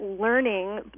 learning